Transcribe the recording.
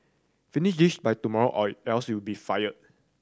finish this by tomorrow or else you be fired